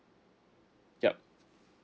yup